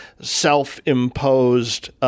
self-imposed